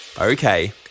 Okay